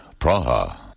Praha